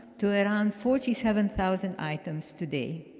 to around forty seven thousand items today.